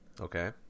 Okay